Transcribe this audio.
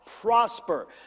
prosper